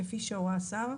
כפי שהורה השר.